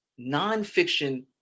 nonfiction